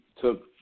took